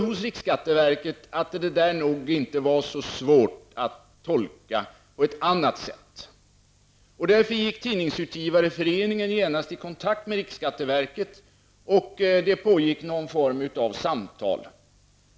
Hos riksskatteverket trodde man att det där nog inte var så svårt att tolka på ett annat sätt. Därför tog Tidningsutgivareföreningen genast kontakt med riksskatteverket, och det pågick någon form av samtal.